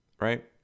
right